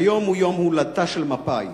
היום הוא יום הולדתה של מפא"י.